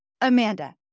Amanda